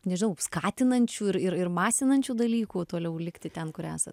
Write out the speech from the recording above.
nežinau skatinančių ir ir masinančių dalykų toliau likti ten kur esat